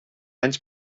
anys